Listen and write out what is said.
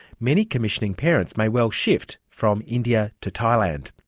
many commissioning parents may well shift from india to thailand.